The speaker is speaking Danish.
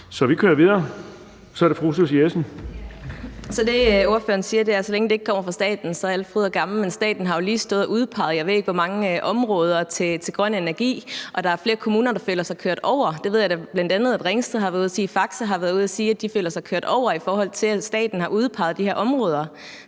Så vi kører videre. Så er det fru Susie Jessen. Kl. 18:09 Susie Jessen (DD): Så det, ordføreren siger er, at så længe det ikke kommer fra staten, er alt fryd og gammen. Men staten har jo lige stået og udpeget, jeg ved ikke hvor mange områder til grøn energi, og der er flere kommuner, der føler sig kørt over. Det ved jeg da at bl.a. Ringsted Kommune har været ude og sige, og Faxe Kommune har været ude at sige, at de føler sig kørt over, i forhold til at staten har udpeget de her områder.